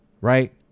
right